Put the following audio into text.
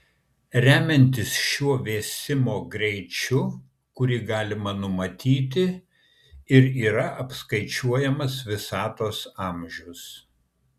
remiantis šiuo vėsimo greičiu kurį galima numatyti ir yra apskaičiuojamas visatos amžius